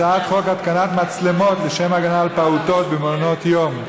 הצעת חוק התקנת מצלמות לשם הגנה על פעוטות במעונות יום,